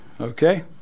okay